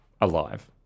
Alive